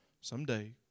someday